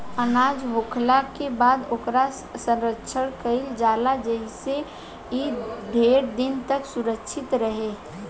अनाज होखला के बाद ओकर संरक्षण कईल जाला जेइसे इ ढेर दिन तक सुरक्षित रहो